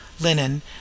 linen